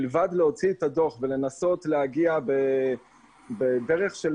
מלבד להוציא את הדוח ולנסות להגיע בדרך של